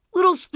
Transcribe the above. Little